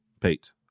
Pete